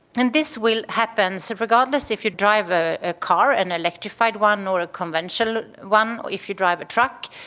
and this will happen, so regardless if you drive a a car, an electrified one or a conventional one or if you drive a truck,